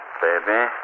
baby